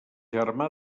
germà